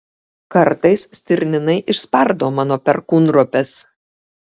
kartais stirninai išspardo mano perkūnropes